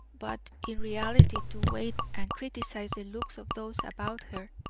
but in reality to weigh and criticise the looks of those about her,